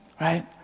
right